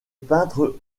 peintre